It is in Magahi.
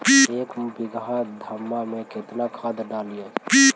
एक बीघा धन्मा में केतना खाद डालिए?